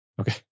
Okay